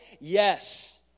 Yes